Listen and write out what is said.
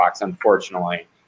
unfortunately